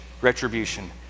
retribution